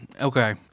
Okay